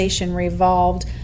Revolved